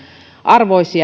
arvoista